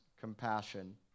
compassion